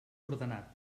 ordenat